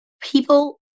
People